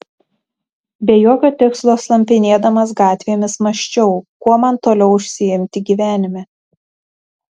be jokio tikslo slampinėdamas gatvėmis mąsčiau kuom man toliau užsiimti gyvenime